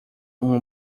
uma